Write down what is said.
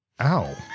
Ow